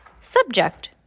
Subject